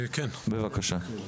בבקשה.